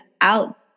out